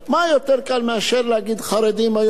מה יותר קל מאשר להגיד חרדים היום.